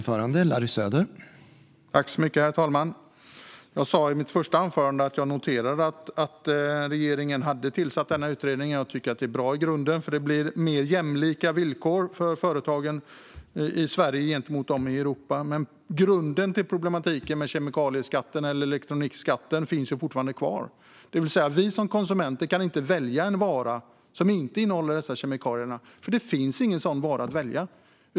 Herr talman! Jag sa i mitt första anförande att jag noterade att regeringen hade tillsatt utredningen. Jag tycker att det i grunden är bra, för det blir mer jämlika villkor för företagen i Sverige gentemot dem i Europa. Grunden till problematiken med kemikalie eller elektronikskatten finns dock fortfarande kvar. Vi som konsumenter kan inte välja en vara som inte innehåller dessa kemikalier, för det finns ingen sådan vara att välja.